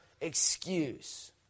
excuse